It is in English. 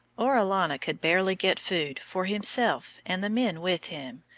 orellana could barely get food for himself and the men with him,